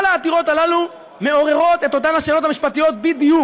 כל העתירות הללו מעוררות את אותן שאלות משפטיות בדיוק.